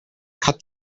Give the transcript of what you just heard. cut